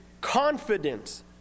confidence